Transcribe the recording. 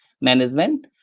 management